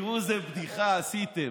תראו איזו בדיחה עשיתם,